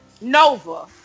Nova